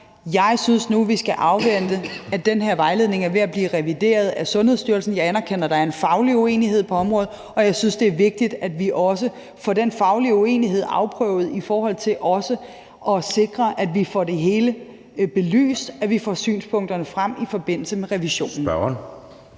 sagt synes jeg nu, vi skal afvente den her vejledning, som er ved at blive revideret af Sundhedsstyrelsen. Jeg anerkender, at der er en faglig uenighed på området, og jeg synes også, det er vigtigt, at vi får den faglige uenighed afprøvet i forhold til at sikre, at vi får det hele belyst, at vi får synspunkterne frem i forbindelse med revisionen.